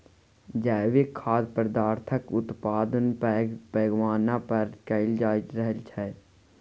जैविक खाद्य पदार्थक उत्पादन पैघ पैमाना पर कएल जा रहल छै